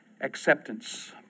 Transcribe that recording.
Acceptance